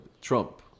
Trump